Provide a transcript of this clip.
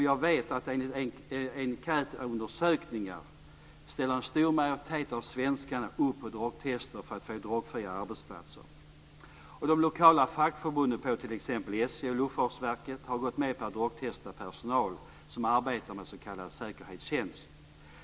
Jag vet att enligt enkätundersökningar ställer en stor majoritet av svenskarna upp på drogtester för att få drogfria arbetsplatser. Och de lokala fackförbunden på t.ex. SJ och Luftfartsverket har gått med på att drogtesta personal som har s.k. säkerhetstjänst.